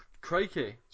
Crikey